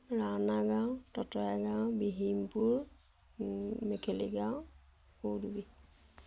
ৰাওনা গাওঁ ততয়া গাঁও বিহীমপুৰ মেখেলি গাঁও পুৰ্বি